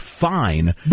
fine